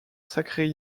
sacrée